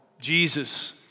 Jesus